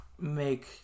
make